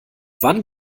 wann